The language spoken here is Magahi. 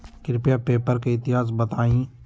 कृपया पेपर के इतिहास बताहीं